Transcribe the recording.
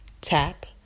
tap